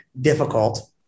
difficult